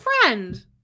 friend